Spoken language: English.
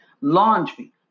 Laundry